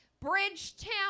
Bridgetown